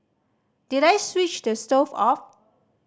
did I switch the stove off